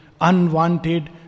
unwanted